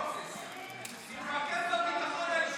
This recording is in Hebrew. תתמקד בביטחון האישי.